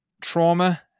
trauma